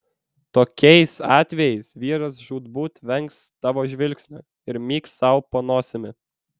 tokiais atvejais vyras žūtbūt vengs tavo žvilgsnio ir myks sau po nosimi